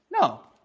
No